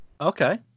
Okay